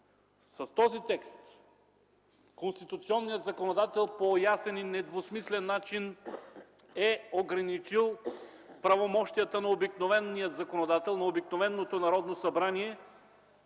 С този текст конституционният законодател по ясен и недвусмислен начин е ограничил правомощията на обикновения законодател, на обикновеното Народно събрание,